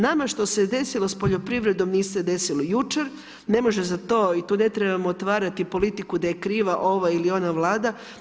Nama što se je desilo sa poljoprivrednom nije se desilo jučer, ne može za to i tu ne trebamo otvarati politiku da je kriva ova ili ona Vlada.